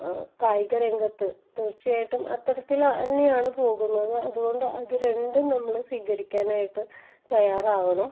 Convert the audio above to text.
കായികരംഗത്ത് തീർച്ചയായിട്ടും അത്തരത്തില് തന്നെയാണ് പോകുന്നത് അതുകൊണ്ട് അത് രണ്ടും നമ്മള് സ്വീകരിക്കാനായിട്ട് തയ്യാറാകണം